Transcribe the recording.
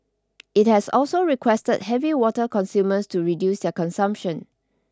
it has also requested heavy water consumers to reduce their consumption